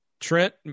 Trent